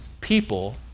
people